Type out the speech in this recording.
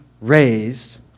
raised